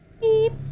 Beep